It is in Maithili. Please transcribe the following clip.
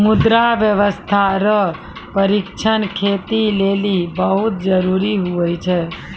मृदा स्वास्थ्य रो परीक्षण खेती लेली बहुत जरूरी हुवै छै